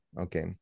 Okay